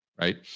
right